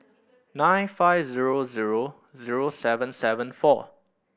nine five zero zero zero seven seven four